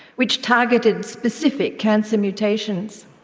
which targeted specific cancer mutations.